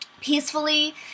peacefully